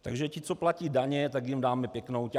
Takže ti, co platí daně, tak jim dáme pěknou ťafku.